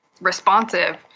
responsive